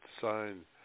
sign